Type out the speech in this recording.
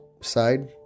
side